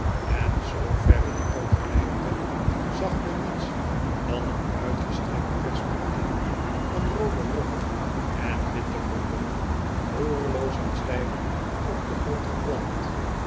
en zoover het oog reikte zag men niets dan een uitgestrekt perspectief van roode rokken en witte broeken roerloos en stijf op den grqnd geplant